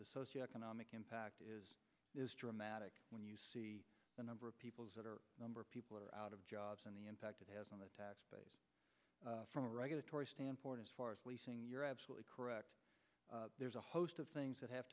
the socio economic impact is is dramatic when you see the number of people that are number of people are out of jobs and the impact it has on the tax base from a regulatory standpoint as far as leasing you're absolutely correct there's a host of things that have